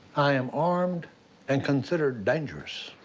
i am armed and considered dangerous.